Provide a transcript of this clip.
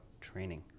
training